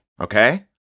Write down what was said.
okay